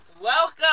Welcome